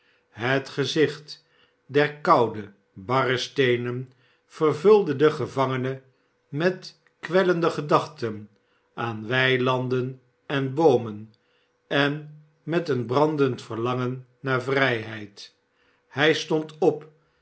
het gezicht der koude barre steenen vervulde den gevangene met kwellende gedachten aan weilanden en boomen en met een brandend verlangen naar vrijheid hij stond op